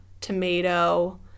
tomato